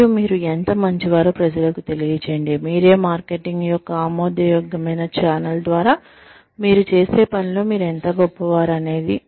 మరియు మీరు ఎంత మంచివారో ప్రజలకు తెలియజేయండి మీరే మార్కెటింగ్ యొక్క ఆమోదయోగ్యమైన ఛానెల్ ద్వారా మీరు చేసే పనిలో మీరు ఎంత గొప్పవారు అనేది